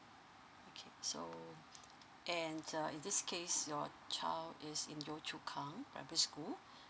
okay so and uh in this case your child is in yio chu kang primary school